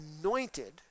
anointed